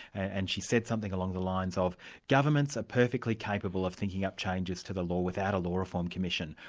and she said something along the lines of governments are perfectly capable of thinking up changes to the law without a law reform commission.